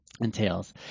entails